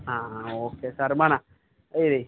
okay sir మన ఇది